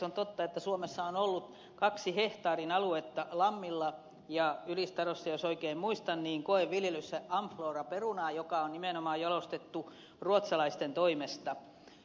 on totta että suomessa on ollut kaksi hehtaarin aluetta lammilla ja ylistarossa jos oikein muistan koeviljelyssä amflora perunaa joka on nimenomaan jalostettu ruotsalaisten toimesta